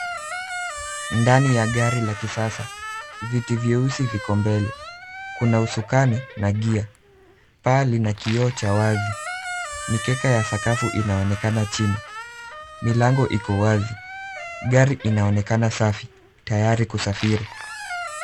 Ndani ya gari la kisasa. Viti vieusi viko mbele. Kuna usukani na gia. Paa lina kioo cha wazi. Mikeka ya sakafu inaonekana chini. Milango iko wazi. Gari inaonekana safi tayari kusafiri.